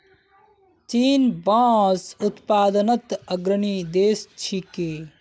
चीन बांस उत्पादनत अग्रणी देश छिके